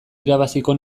irabaziko